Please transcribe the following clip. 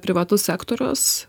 privatus sektorius